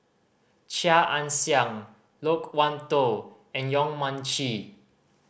Chia Ann Siang Loke Wan Tho and Yong Mun Chee